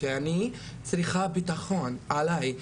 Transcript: שאני צריכה ביטחון כלפיי.